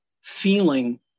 feeling